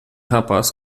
rapaz